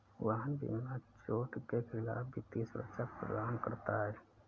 वाहन बीमा चोट के खिलाफ वित्तीय सुरक्षा प्रदान करना है